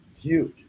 huge